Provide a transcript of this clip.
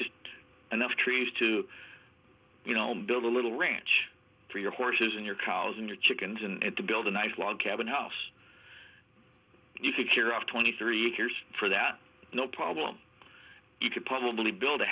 just enough trees to you know build a little ranch for your horses and your cows and your chickens and to build a nice log cabin house you could hear of twenty thirty years for that no problem you could probably build a